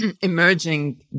emerging